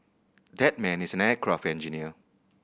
that man is an aircraft engineer